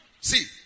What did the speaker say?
See